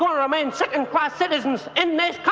um remain second-class citizens and